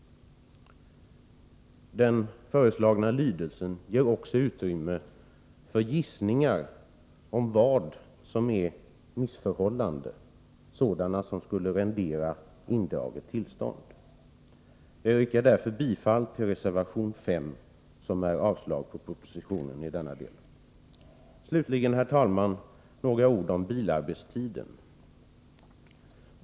Den föreslagna lydelsen ger också utrymme för gissningar om vad som är missförhållanden — sådana som skulle rendera indraget tillstånd. Jag yrkar därför bifall till reservation 5 som innebär avslag på propositionen i denna del. Slutligen, herr talman, vill jag säga några ord om bilarbetstiden.